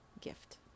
gift